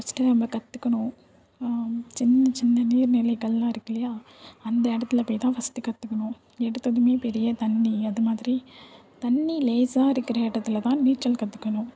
first நம்ம கற்றுக்கணும் சின்ன சின்ன நீர் நிலைகள்லாம் இருக்குது இல்லையா அந்த இடத்துல போய் தான் ஃபஸ்ட்டு கற்றுக்கணும் எடுத்ததுமே பெரிய தண்ணி அது மாதிரி தண்ணி லேஸாக இருக்கிற இடத்துல தான் நீச்சல் கற்றுக்கணும்